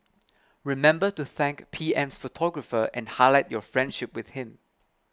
remember to thank P M's photographer and highlight your friendship with him